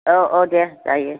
औ औ देह जायो